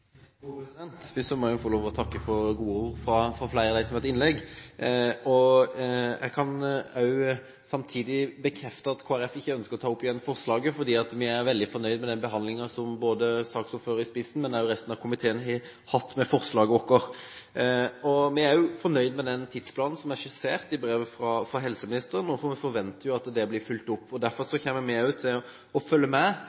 gode ord fra flere av dem som har holdt innlegg. Jeg kan samtidig bekrefte at Kristelig Folkeparti ikke ønsker å ta opp igjen forslaget, fordi vi er veldig fornøyd med den behandlingen som forslaget vårt har fått – med saksordføreren i spissen, men også av resten av komiteen. Vi er også fornøyd med den tidsplanen som er skissert i brevet fra helseministeren, og vi forventer jo at dette blir fulgt opp. Derfor kommer vi også til å følge med